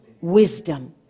Wisdom